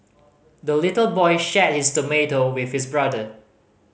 the little boy shared his tomato with his brother